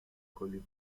کلی